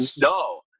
No